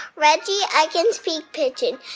reggie, i can speak pigeon.